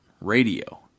Radio